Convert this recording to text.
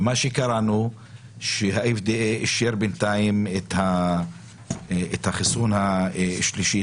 מה שקרה זה שה-FDA אישר בינתיים את החיסון השלישי,